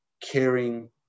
caring